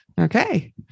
okay